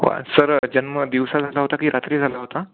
हो सर जन्म दिवसा झाला होता की रात्री झाला होता